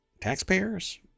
Taxpayers